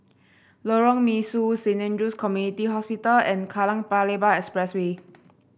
Lorong Mesu Saint Andrew's Community Hospital and Kallang Paya Lebar Expressway